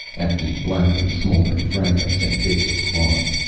at the blackened, smouldering fragments and bits of cloth.